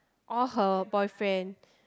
all her boyfriend